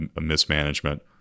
mismanagement